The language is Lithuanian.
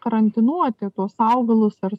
karantinuoti tuos augalus ar